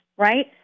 right